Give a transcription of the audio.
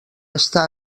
està